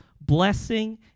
blessing